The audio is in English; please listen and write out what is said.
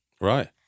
Right